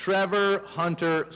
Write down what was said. trevor hunter